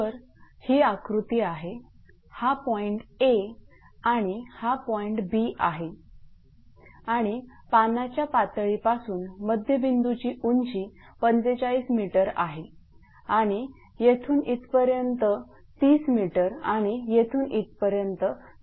तर ही आकृती आहे हा पॉईंट A आणि हा पॉईंट B आहे आणि पाण्याच्या पातळी पासून मध्यबिंदू ची उंची 45m आहे आणि येथून इथपर्यंत 30 mआणि येथून इथपर्यंत 70 m आहे